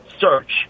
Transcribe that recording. search